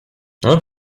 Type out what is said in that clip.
hope